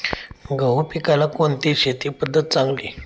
गहू पिकाला कोणती शेती पद्धत चांगली?